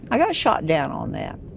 i got shot down on that.